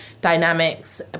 dynamics